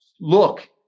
look